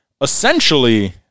essentially